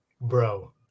bro